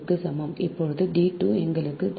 இப்போது d 2 எங்களுக்கு 3